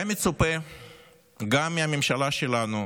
היה מצופה גם מהממשלה שלנו,